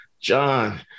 John